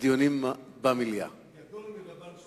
גדול מרבן,